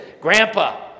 Grandpa